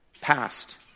Past